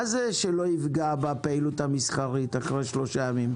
מה זה שלא יפגע בפעילות המסחרית אחרי שלושה ימים?